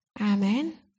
Amen